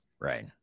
Right